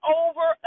over